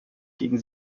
gegen